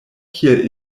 kiel